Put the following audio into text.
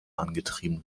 angetrieben